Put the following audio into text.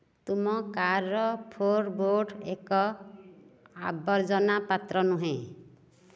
ତୁମର କାର୍ର ଫ୍ଲୋରବୋର୍ଡ଼ ଏକ ଆବର୍ଜନା ପାତ୍ର ନୁହେଁ